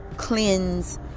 cleanse